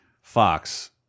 Fox